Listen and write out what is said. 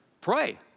pray